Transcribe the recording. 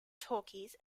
talkies